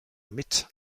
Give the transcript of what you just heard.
mit